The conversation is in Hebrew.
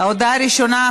ההודעה הראשונה,